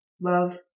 Love